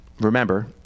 Remember